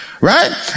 right